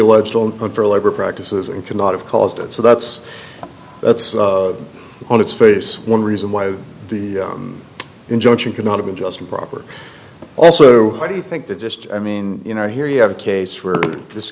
alleged on going for labor practices and could not have caused it so that's that's on its face one reason why the injunction could not have been just improper also why do you think that just i mean you know here you have a case where this